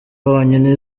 wonyine